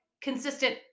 consistent